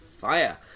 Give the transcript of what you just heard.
Fire